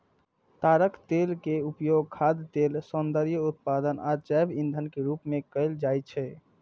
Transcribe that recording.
ताड़क तेल के उपयोग खाद्य तेल, सौंदर्य उत्पाद आ जैव ईंधन के रूप मे कैल जाइ छै